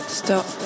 stop